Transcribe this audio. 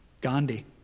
Gandhi